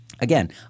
again